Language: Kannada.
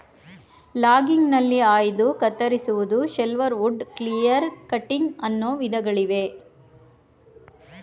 ಲಾಗಿಂಗ್ಗ್ನಲ್ಲಿ ಆಯ್ದು ಕತ್ತರಿಸುವುದು, ಶೆಲ್ವರ್ವುಡ್, ಕ್ಲಿಯರ್ ಕಟ್ಟಿಂಗ್ ಅನ್ನೋ ವಿಧಗಳಿವೆ